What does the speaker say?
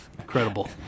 incredible